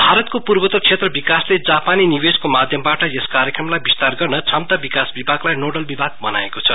भारतको पूर्वोन्तर क्षेत्र विकासले जापानी निवेषको माध्यमबाट यस कार्यक्रमलाई विस्तार गर्न क्षमता विकास विभागलाई नोडल विभाग बनाएको छ